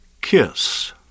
kiss